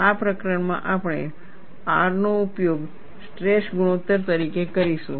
આ પ્રકરણમાં આપણે R નો ઉપયોગ સ્ટ્રેસ ગુણોત્તર તરીકે કરીશું